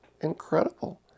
Incredible